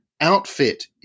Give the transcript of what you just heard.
outfit